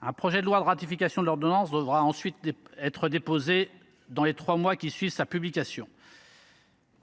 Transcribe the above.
Un projet de loi de ratification de l’ordonnance devra ensuite être déposé dans les trois mois qui suivent sa publication.